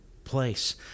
place